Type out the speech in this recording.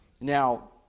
Now